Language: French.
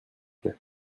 plait